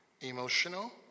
emotional